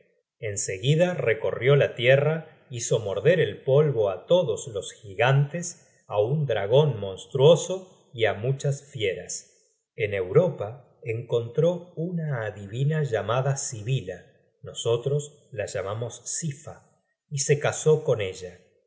en seguida recorrió la tierra hizo morder el polvo á todos los gigantes á un dragon monstruoso y á muchas fieras en europa encontró una adivina llamada sibila nosotros la llamamos sifa y se casó con ella